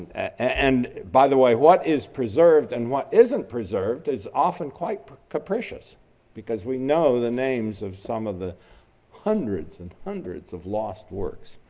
and by the way, what is preserved and what isn't preserved is often quite propitious because we know the names of some of the hundreds and hundreds of lost works.